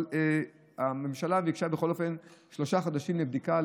אבל הממשלה ביקשה בכל אופן שלושה חודשים לבדיקה,